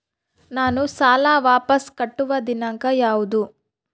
ನಾನು ಸಾಲ ವಾಪಸ್ ಕಟ್ಟುವ ದಿನಾಂಕ ಯಾವುದು?